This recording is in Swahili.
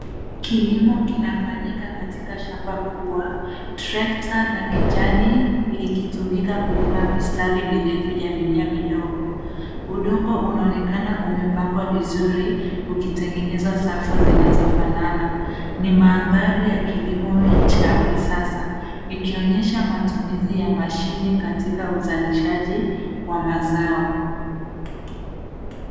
Kilimo kinafanyika katika shamba kubwa, trekta la kijani likitumika kulima mistari mirefu ya mimea midogo. Udongo unaonekana umepangwa vizuri ukitengeneza safu zinazofanana. Ni mandhari ya kilimo cha kisasa, ikionyesha matumizi ya mashine katika uzalishaji wa mazao.